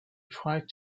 tried